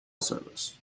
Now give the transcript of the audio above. service